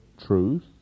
truth